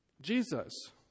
Jesus